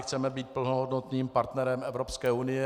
Chceme být plnohodnotným partnerem Evropské unie.